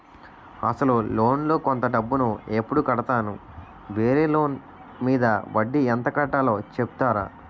అసలు లోన్ లో కొంత డబ్బు ను ఎప్పుడు కడతాను? వేరే లోన్ మీద వడ్డీ ఎంత కట్తలో చెప్తారా?